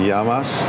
Yamas